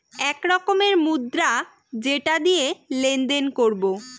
এক রকমের মুদ্রা যেটা দিয়ে লেনদেন করবো